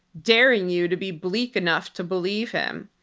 daring you to be bleak enough to believe him.